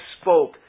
spoke